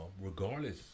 Regardless